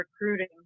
recruiting